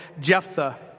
Jephthah